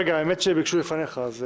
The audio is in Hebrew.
רגע, האמת שביקשו לפניך.